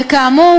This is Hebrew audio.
וכאמור,